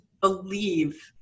believe